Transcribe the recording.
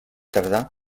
tardà